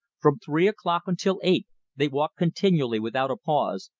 from three o'clock until eight they walked continually without a pause,